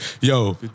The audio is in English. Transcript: Yo